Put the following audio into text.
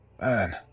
Man